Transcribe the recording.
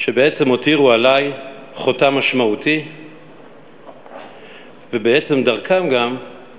שבעצם הותירו עלי חותם משמעותי ובעצם דרכן גם